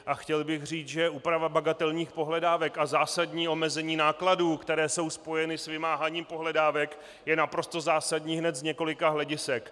A chtěl bych říct, že úprava bagatelních pohledávek a zásadní omezení nákladů, které jsou spojeny s vymáháním pohledávek, je naprosto zásadní hned z několika hledisek.